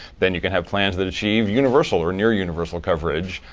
then you can have plans that achieve universal, or near universal coverage,